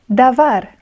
davar